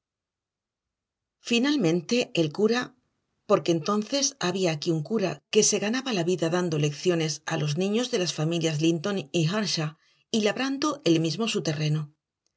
finalmente el cura porque entonces había aquí un cura que se ganaba la vida dando lecciones a los niños de las familias linton y earnshaw y labrando él mismo su terreno